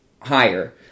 higher